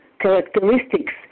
characteristics